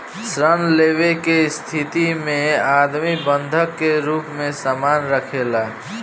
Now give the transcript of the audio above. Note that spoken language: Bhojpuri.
ऋण लेवे के स्थिति में आदमी बंधक के रूप में सामान राखेला